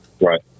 Right